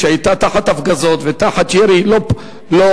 כשהיא היתה תחת הפגזות ותחת ירי לא פוסק,